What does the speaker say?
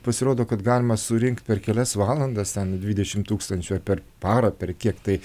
pasirodo kad galima surinkt per kelias valandas dvidešimt tūkstančių per parą per kiek tai